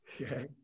okay